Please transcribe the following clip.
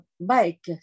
bike